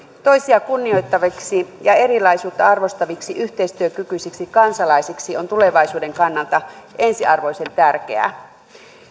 toisia kunnioittaviksi ja erilaisuutta arvostaviksi yhteistyökykyisiksi kansalaisiksi on tulevaisuuden kannalta ensiarvoisen tärkeää